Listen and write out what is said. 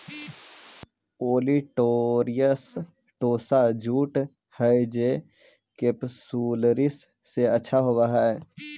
olitorius टोसा jute हई जे केपसुलरिस से अच्छा होवऽ हई